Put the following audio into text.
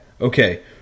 Okay